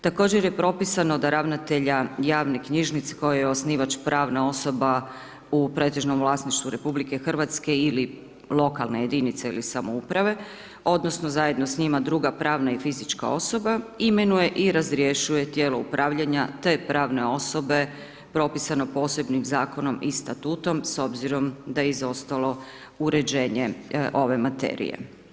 Također je propisano da ravnatelja javne knjižnice, kojoj je osnivač pravna osoba u pretežnom vlasništvu RH ili lokalne jedinice ili samouprave odnosno zajedno s njima druga pravna i fizička osoba, imenuje i razrješuje tijelo upravljanja te pravne osobe propisano posebnim Zakonom i Statutom s obzirom da je izostalo uređenje ove materije.